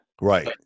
Right